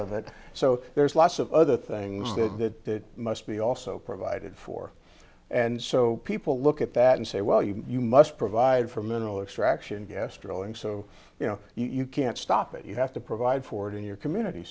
of it so there's lots of other things though that must be also provided for and so people look at that and say well you you must provide for mineral extraction gastro and so you know you can't stop it you have to provide for it in your community